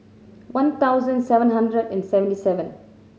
one thousand seven hundred and seventy seven